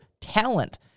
talent